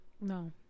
No